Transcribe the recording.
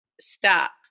stop